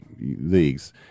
leagues